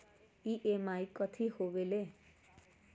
EMI कथी होवेले?